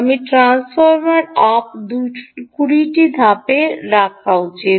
আপনি transformer up 20 টি ধাপে 1 রাখা উচিত